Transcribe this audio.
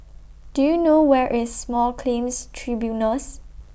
Do YOU know Where IS Small Claims Tribunals